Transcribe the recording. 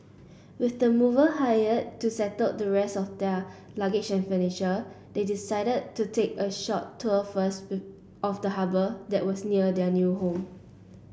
with the mover hired to settle the rest of their luggage furniture they decided to take a short tour first of the harbour that was near their new home